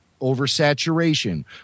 oversaturation